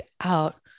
out